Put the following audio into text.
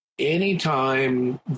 Anytime